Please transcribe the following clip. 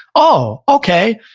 oh, okay.